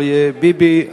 אריה ביבי,